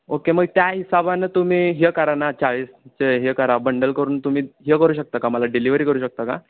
okay मग त्या हिशेबानं तुम्ही हे करा ना चाळीसचे हे करा बंडल करून तुम्ही हे करू शकता का मला डिलिव्हरी करू शकता का